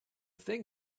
thing